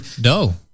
No